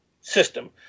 system